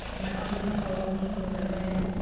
my auntie calls me from prey veng.